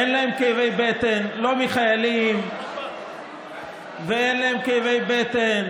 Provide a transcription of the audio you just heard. אין להם כאבי בטן על חיילים, ואין להם כאבי בטן